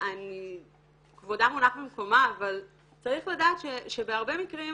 כבודה במקומה מונח, אבל צריך לדעת שבהרבה מקרים